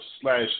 slash